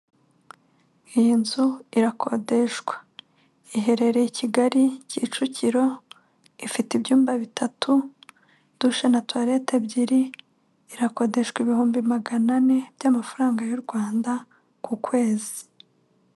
Iyi nzu irakodeshwa, iherereye i Kigali Kicukiro, ifite ibyumba bitatu, dushe na tuwarete ebyiri, irakodeshwa ibihumbi magana ane by'amafaranga y'u Rwanda ku kwezi.